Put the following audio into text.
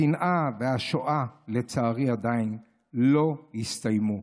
השנאה והשואה, לצערי, עדיין לא הסתיימו.